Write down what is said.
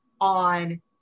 on